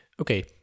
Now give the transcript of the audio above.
Okay